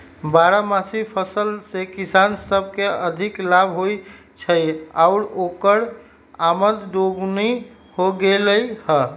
बारहमासी फसल से किसान सब के अधिक लाभ होई छई आउर ओकर आमद दोगुनी हो गेलई ह